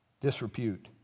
disrepute